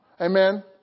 Amen